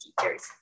teachers